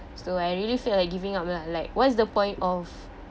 so I really feel like giving up lah like what's the point of